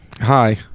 hi